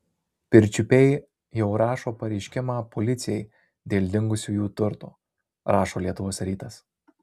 pirčiupiai jau rašo pareiškimą policijai dėl dingusio jų turto rašo lietuvos rytas